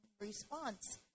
response